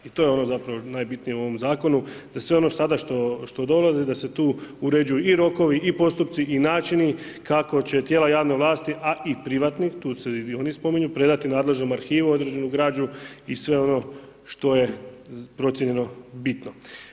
I to je ono zapravo najbitnije u ovom zakonu, da sve ono sada što dolazi da se tu uređuju i rokovi i postupci i načini kako će tijela javne vlasti, a i privatni tu se i oni spominju predati nadležnom arhivu određenu građu i sve ono što je procijenjeno bitno.